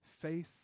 Faith